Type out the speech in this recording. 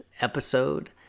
episode